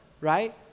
right